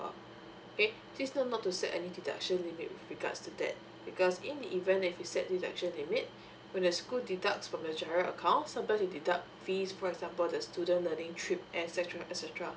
okay please note not to set any deduction limit with regards to that because in the event that you set this actual limit when the school deducts from the G_I_R_O account sometimes it deducts fees for example the student learning trip and etcetera etcetera